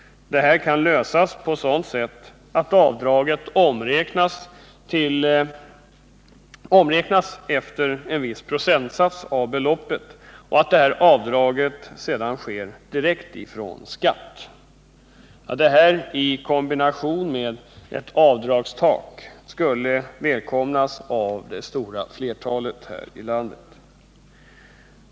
Detta kan lösas på så sätt att avdraget omräknas efter en viss procentsats av beloppet och att avdraget sker direkt från skatt. En sådan metod i kombination med ett avdragstak skulle välkomnas av det stora flertalet människor här i landet.